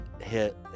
hit